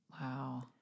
Wow